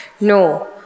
no